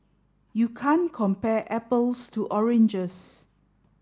you can't compare apples to oranges